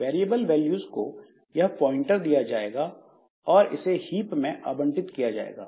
variable values को यह pointer दिया जाएगा और इसे हीप में आवंटित किया जाएगा